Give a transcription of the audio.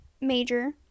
major